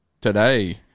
today